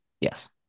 yes